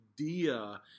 idea